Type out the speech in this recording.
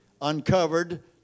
uncovered